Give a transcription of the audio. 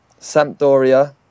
Sampdoria